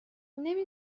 نمی